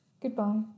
Goodbye